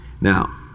Now